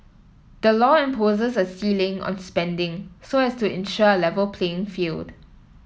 the law imposes a ceiling on spending so as to ensure A Level playing field